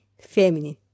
Feminine